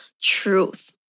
truth